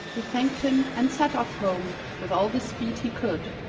he thanked him and set off home with all the speed he could,